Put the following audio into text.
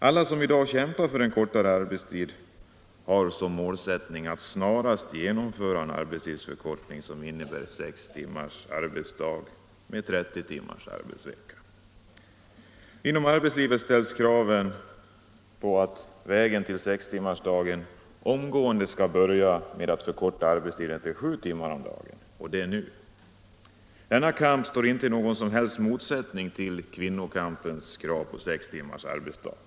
Alla som i dag kämpar för en kortare arbetstid har som målsättning att snarast genomföra en arbetstidsförkortning, som innebär sex timmars arbetsdag med 30 timmars arbetsvecka. Inom arbetslivet ställs krav på att man omgående skall ta ett första steg på vägen till sextimmarsdagen genom en förkortning av arbetstiden till sju timmar om dagen. Denna kamp står inte i någon som helst motsättning till kvinnokampens krav på sex timmars arbetsdag.